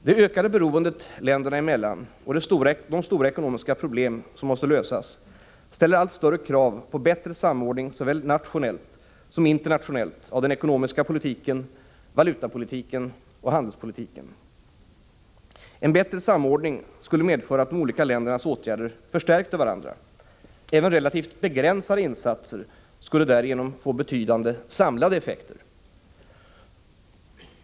Det ökade beroendet länderna emellan och de stora ekonomiska problem som måste lösas ställer allt större krav på bättre samordning såväl nationellt som internationellt av den ekonomiska politiken, valutapolitiken och handelspolitiken. En bättre samordning skulle medföra att de olika ländernas åtgärder förstärkte varandra. Även relativt begränsade insatser skulle därigenom få betydande samlade effekter.